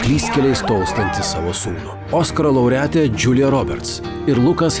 klystkeliais tolstantį savo sūnų oskaro laureatė džiulija roberts ir lukas